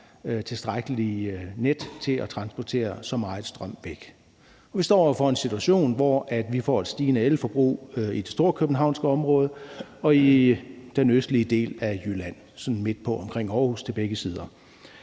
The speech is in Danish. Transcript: tilstrækkeligt net til at transportere så meget strøm væk. Vi står over for en situation, hvor vi får et stigende elforbrug i det storkøbenhavnske område og i den østlige del af Jylland, sådan midt på omkring Aarhus til begge sider.